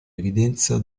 evidenza